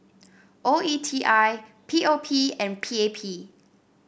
O E T I P O P and P A P